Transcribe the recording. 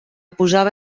posava